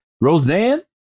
Roseanne